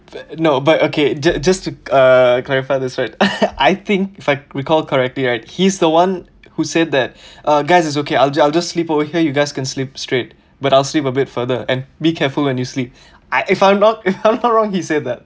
no but okay just just to uh clarify this right I think if I recall correctly right he's the one who said that uh guys it's okay I'll I'll just sleep over here you guys can sleep straight but I'll sleep a bit further and be careful when you sleep I if I'm not if I'm not wrong he said that